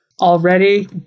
already